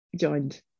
joined